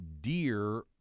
deer